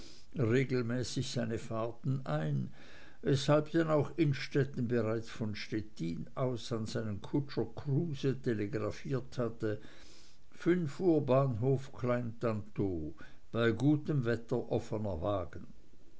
regelmäßig seine fahrten ein weshalb denn auch innstetten bereits von stettin aus an seinen kutscher kruse telegrafiert hatte fünf uhr bahnhof klein tantow bei gutem wetter offener wagen